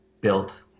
built